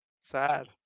sad